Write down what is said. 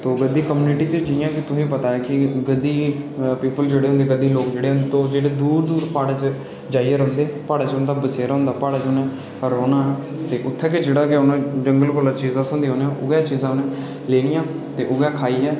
गद्दी community जि''यां कि तुसें गी पता कि गद्दी पीपल जेह्ड़े कि गद्दी लोक जेह्ड़े न तुस जेह्ड़े दूर दूर प्हाड़ें च जाई रौंह्दे न उं'दा बसेरा हुंदा प्हाड़ें च रोह्ना उत्थै जेह्ड़ा के जंगल कोला चीज़ा थ्होंदियां न उ'ऐ लैनियां ते उ' ऐ खाइयै